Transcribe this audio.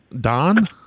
Don